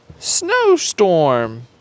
Snowstorm